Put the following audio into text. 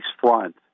front